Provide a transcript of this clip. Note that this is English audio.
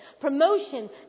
promotion